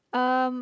um